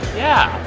yeah.